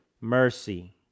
mercy